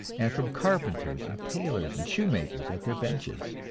and from carpenters and tailors and shoemakers at their benches.